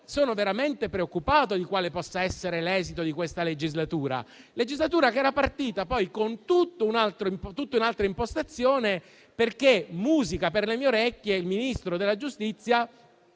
sono veramente preoccupato di quale possa essere l'esito di questa legislatura. Una legislatura che era partita con tutta un'altra impostazione, perché - musica per le mie orecchie - il Ministro della giustizia